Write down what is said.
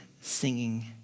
singing